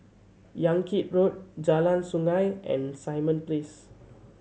Yan Kit Road Jalan Sungei and Simon Place